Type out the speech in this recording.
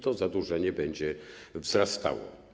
To zadłużenie będzie wzrastało.